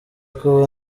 kuba